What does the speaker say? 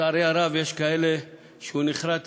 ולצערי הרב יש כאלה שהוא נחרת